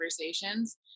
conversations